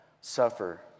suffer